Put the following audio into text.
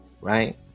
Right